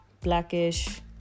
blackish